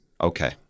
Okay